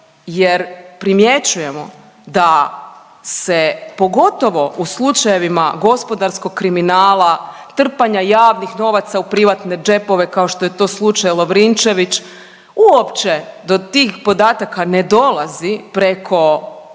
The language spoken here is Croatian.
jer primjećujemo da se, pogotovo u slučajevima gospodarskog kriminala, trpanja javnih novaca u privatne džepove, kao što je to slučaj Lovrinčević, uopće do tih podataka ne dolazi preko